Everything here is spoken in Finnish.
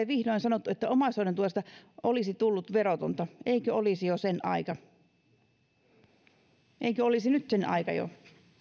vihdoin sanottu että omaishoidon tuesta olisi tullut verotonta eikö olisi jo sen aika eikö olisi nyt sen aika jo